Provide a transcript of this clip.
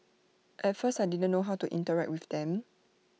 at first I didn't know how to interact with them